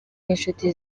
n’inshuti